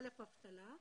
חלף אבטלה,